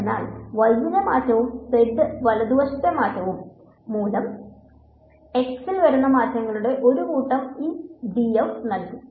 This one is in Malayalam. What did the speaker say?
അതിനാൽ y ലെ മാറ്റവും z വലതുവശത്തെ മാറ്റവും മൂലം x ൽ വരുന്ന മാറ്റങ്ങളുടെ ഒരു കൂട്ടം ഈ df നൽകും